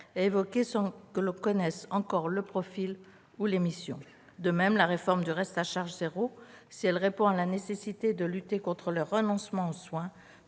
évoquée sans que l'on en connaisse encore le profil ou les missions. De même, la réforme du « reste à charge zéro », si elle répond à la nécessité de lutter contre le renoncement aux soins,